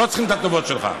לא צריכים את הטובות שלך.